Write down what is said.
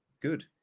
Good